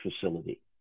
facility